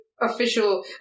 official